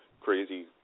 crazy